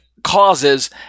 Causes